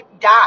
die